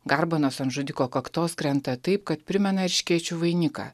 garbanos ant žudiko kaktos krenta taip kad primena erškėčių vainiką